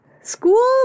school